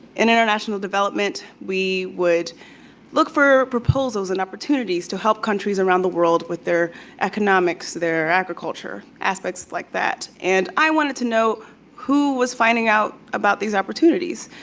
in international development, we would look for proposals and opportunities to help countries around the world with their economics, their agriculture, aspects like that, and i wanted to know who was finding out about these opportunities.